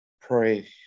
pray